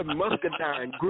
muscadine